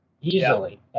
Easily